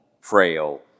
frail